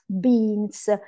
beans